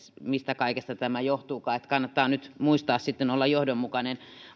mistä kaikesta tämä johtuukaan eli kannattaa nyt muistaa sitten olla johdonmukainen